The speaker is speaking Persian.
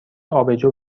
آبجو